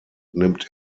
nimmt